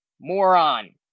moron